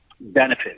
benefit